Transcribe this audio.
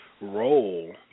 role